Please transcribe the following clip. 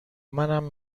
منم